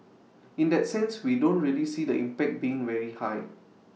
in that sense we don't really see the impact being very high